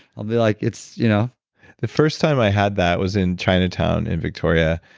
i'll be like, it's you know the first time i had that was in chinatown in victoria,